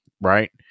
Right